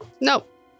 nope